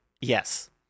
Yes